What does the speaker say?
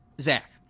Zach